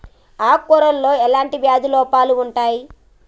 ఆకు కూరలో ఎలాంటి వ్యాధి లోపాలు ఉంటాయి?